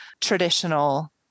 traditional